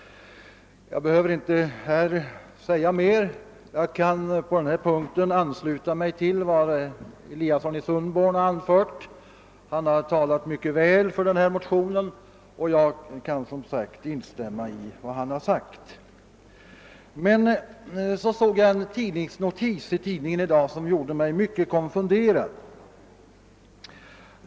Jag behöver inte säga mer utan kan på denna punkt ansluta mig till vad herr Eliasson i Sundborn anförde. Han talade mycket väl för motionen. Men sedan har jag i dag läst en tidningsnotis, som har gjort mig konfunderad.